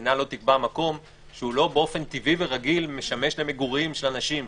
שהמדינה לא תקבע מקום שהוא לא באופן טבעי רגיל משמש למגורים של אנשים,